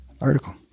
article